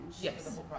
Yes